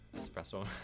Espresso